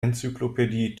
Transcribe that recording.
enzyklopädie